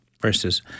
verses